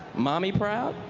mommy proud.